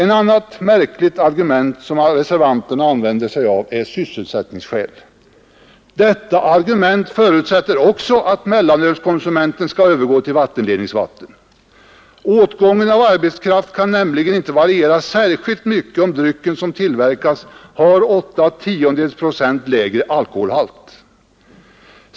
Ett annat märkligt argument som reservanterna använder sig av är sysselsättningen. Detta argument förutsätter också att mellanölskonsumenten skall övergå till vattenledningsvatten. Åtgången av arbetskraft kan nämligen inte variera särskilt mycket om drycken som tillverkas har 8 tiondels procent lägre alkoholhalt.